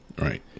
Right